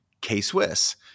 K-Swiss